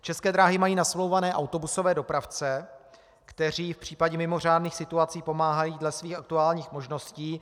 České dráhy mají nasmlouvané autobusové dopravce, kteří v případě mimořádných situací pomáhají dle svých aktuálních možností.